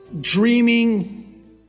dreaming